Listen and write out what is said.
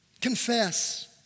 Confess